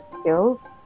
skills